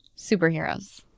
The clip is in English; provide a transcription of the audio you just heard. Superheroes